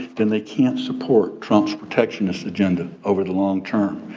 then they can't support trump's protectionist agenda over the long term.